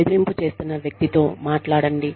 బెదిరింపు చేస్తున్న వ్యక్తి తో మాట్లాడండి